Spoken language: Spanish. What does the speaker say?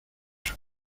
sus